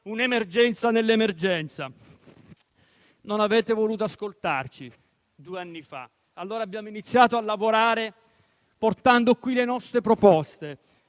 un'emergenza nell'emergenza. Non avete voluto ascoltarci due anni fa, e allora abbiamo iniziato a lavorare portando qui le nostre proposte.